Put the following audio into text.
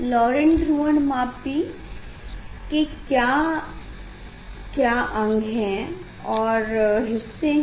Laurent ध्रुवणमापी के क्या क्या अंग और हिस्से हैं